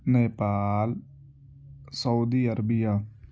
Nepal Saudi Arabia